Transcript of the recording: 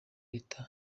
leta